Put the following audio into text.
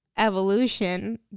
evolution